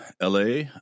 la